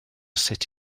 sut